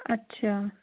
ਅੱਛਾ